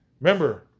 Remember